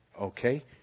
Okay